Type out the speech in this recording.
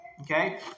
okay